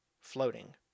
floating